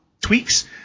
tweaks